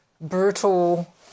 brutal